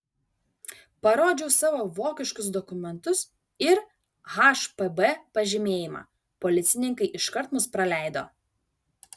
parodžiau savo vokiškus dokumentus ir hpb pažymėjimą policininkai iškart mus praleido